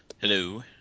Hello